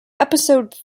episode